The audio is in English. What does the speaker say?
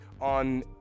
on